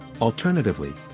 Alternatively